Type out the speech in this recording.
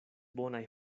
bonaj